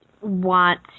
want